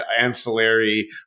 ancillary